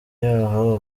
yaho